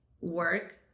work